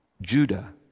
Judah